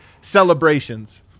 celebrations